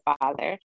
father